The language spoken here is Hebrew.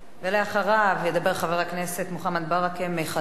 אחריו ידבר חבר כנסת מוחמד ברכה מחד"ש,